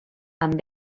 amb